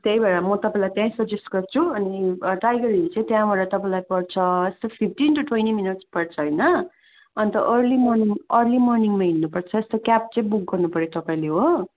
त्यही भएर म तपाईँलाई त्यहीँ सजेस्ट गर्छु अनि टाइगर हिल चाहिँ त्यहाँबाट तपाईँलाई पर्छ यस्तो फिप्टिन टू ट्वेन्टी मिनट पर्छ होइन अन्त अर्ली मर्निङ अर्ली मर्निङमा हिँड्नु पर्छ यस्तो क्याब चाहिँ बुक गर्नु पऱ्यो तपाईँले हो